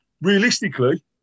realistically